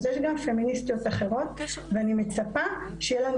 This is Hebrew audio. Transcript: אז יש גם פמיניסטיות אחרות ואני מצפה שיהיה לנו